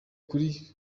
kuri